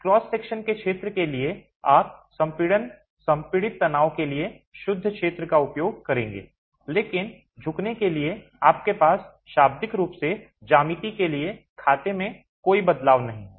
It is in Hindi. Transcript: क्रॉस सेक्शन के क्षेत्र के लिए आप संपीड़न संपीड़ित तनाव के लिए शुद्ध क्षेत्र का उपयोग करेंगे लेकिन झुकने के लिए आपके पास शाब्दिक रूप से ज्यामिति के लिए खाते में कोई बदलाव नहीं है